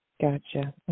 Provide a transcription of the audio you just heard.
Gotcha